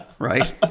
Right